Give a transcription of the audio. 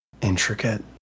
intricate